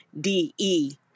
DE